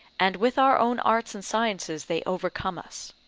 and with our own arts and sciences they overcome us.